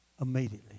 immediately